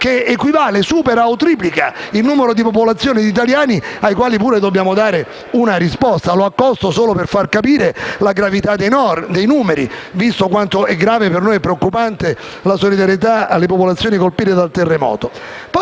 che equivale, supera o triplica il numero di italiani vittime del recente terremoto, ai quali pure dobbiamo dare una risposta. E lo accosto solo per far capire la gravità dei numeri, visto quanto per noi è grave e preoccupante la solidarietà alle popolazioni colpite dal terremoto.